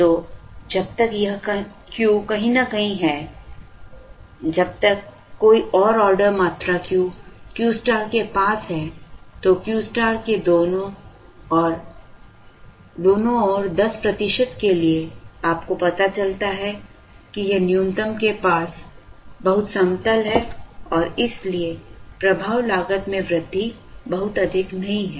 तो जब तक यह Q कहीं न कहीं है जब तक कोई ऑर्डर मात्रा Q Q के पास है तो Q स्टार के दोनों ओर 10 प्रतिशत के लिए आपको पता चलता है कि यह न्यूनतम के पास बहुत समतल है और इसलिए प्रभाव लागत में वृद्धि बहुत अधिक नहीं है